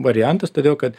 variantas todėl kad